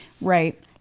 right